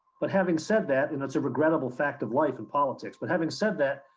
but, having said that, and it's a regrettable fact of life in politics, but having said that,